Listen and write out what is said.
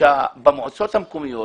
שבמועצות המקומיות,